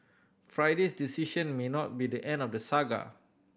Friday's decision may not be the end of the saga